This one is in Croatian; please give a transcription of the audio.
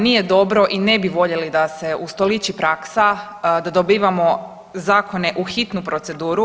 Nije dobro i ne bi voljeli da se ustoliči praksa da dobivamo zakone u hitnu proceduru.